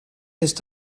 ist